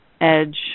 edge